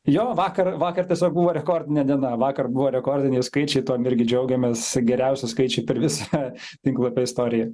jo vakar vakar tiesiog buvo rekordinė diena vakar buvo rekordiniai skaičiai tuom irgi džiaugiamės geriausi skaičiai per visą tinklapio istoriją